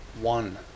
one